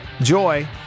joy